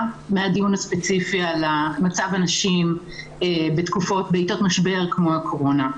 מהדיון הספציפי על מצב הנשים בעתות משבר כמו הקורונה.